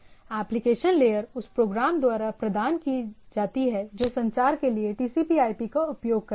application layer उस program द्वारा प्रदान की जाती है जो संचार के लिए टीसीपी आईपी का उपयोग करता है